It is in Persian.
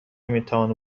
میتوانم